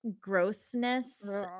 grossness